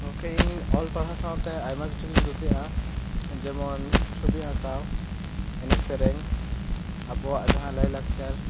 ᱜᱚᱢᱠᱮ ᱤᱧ ᱚᱞ ᱯᱟᱲᱦᱟᱣ ᱥᱟᱶ ᱛᱮ ᱟᱭᱢᱟ ᱠᱤᱪᱷᱩ ᱜᱤᱧ ᱠᱩᱥᱤᱭᱟᱜᱼᱟ ᱡᱮᱢᱚᱱ ᱪᱷᱩᱵᱤ ᱟᱸᱠᱟᱣ ᱮᱱᱮᱡ ᱥᱮᱨᱮᱧ ᱟᱵᱚᱣᱟᱜ ᱡᱟᱦᱟᱸ ᱞᱟᱭ ᱞᱟᱠᱪᱟᱨ